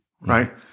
right